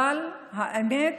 אבל האמת,